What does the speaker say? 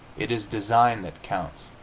it is design that counts,